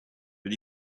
but